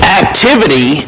activity